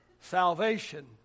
salvation